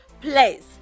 place